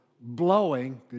blowing